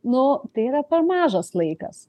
nu tai yra per mažas laikas